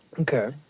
Okay